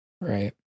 Right